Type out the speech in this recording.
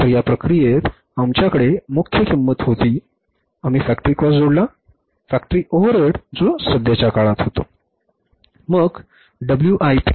तर या प्रक्रियेत आमच्याकडे मुख्य किंमत होती आम्ही फॅक्टरी कॉस्ट जोडला फॅक्टरी ओव्हरहेड जो सध्याच्या काळात होतो